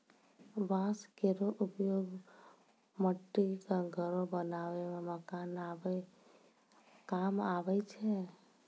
बांस केरो उपयोग मट्टी क घरो बनावै म काम आवै छै